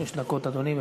שש דקות, אדוני.